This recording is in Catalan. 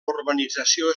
urbanització